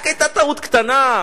רק היתה טעות קטנה: